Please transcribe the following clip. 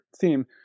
theme